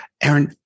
Aaron